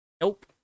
Nope